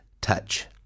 touch